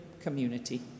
community